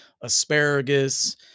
asparagus